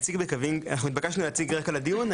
התבקשנו להציג רקע לדיון.